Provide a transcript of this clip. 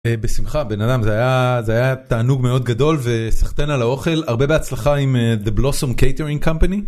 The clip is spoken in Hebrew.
בשמחה בן אדם זה היה תענוג מאוד גדול וסחטיין על האוכל הרבה בהצלחה עם the blossom catering company.